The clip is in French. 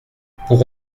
pour